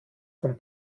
von